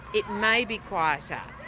it may be quieter.